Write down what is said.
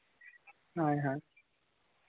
ᱦᱳᱭ ᱦᱳᱭ